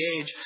age